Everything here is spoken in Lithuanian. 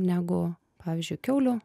negu pavyzdžiui kiaulių